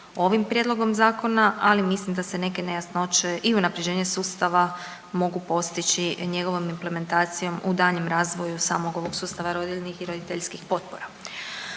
ovim prijedlogom zakona, ali mislim da se neke nejasnoće i unaprjeđenje sustava mogu postići njegovom implementacijom u daljnjem razvoju samog ovog sustava rodiljnih i roditeljskih potpora.